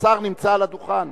השר נמצא על הדוכן.